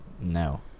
no